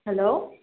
hello